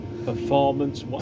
performance